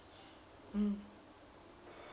mm